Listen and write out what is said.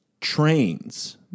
trains